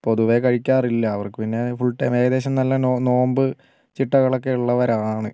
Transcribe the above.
പൊതുവെ കഴിക്കാറില്ല അവർക്ക് പിന്നെ ഫുൾ ടൈം ഏകദേശം നല്ല നോമ്പ് ചിട്ടകളൊക്ക ഉള്ളവരാണ്